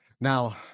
Now